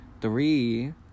Three